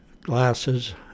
glasses